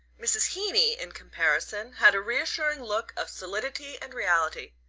mrs. heeny, in comparison, had a reassuring look of solidity and reality.